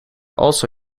also